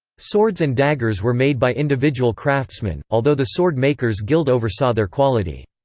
swords and daggers were made by individual craftsmen, although the sword-makers guild oversaw their quality.